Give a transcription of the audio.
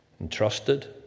Entrusted